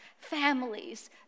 families